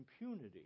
impunity